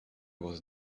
was